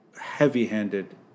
heavy-handed